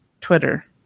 Twitter